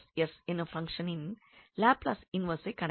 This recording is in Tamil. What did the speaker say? என்னும் பங்ஷனின் லாப்லஸ் இன்வெர்ஸை கணக்கிட வேண்டும்